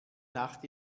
nacht